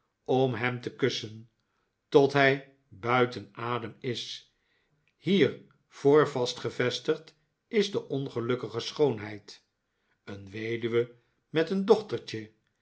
om hem te kussen tot hij buiten adem is hier voor vast gevestigd is de ongelukkige schoonheid een weduwe met een dochtertje